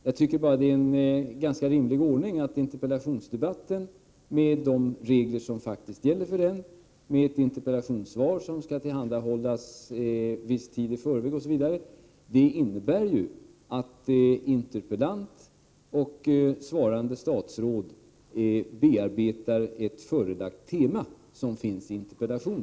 De regler som faktiskt gäller för interpellationsdebatter — interpellationssvaret skall tillhandahållas viss tid i förväg, osv. — innebär att interpellanten och svarande statsråd bearbetar ett förelagt tema, nämligen det som finns i interpellationen.